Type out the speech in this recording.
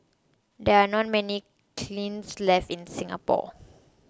there are not many kilns left in Singapore